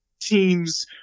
teams